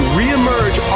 reemerge